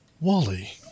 Wally